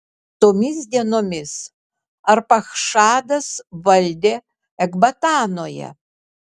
tomis dienomis arpachšadas valdė ekbatanoje